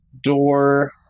door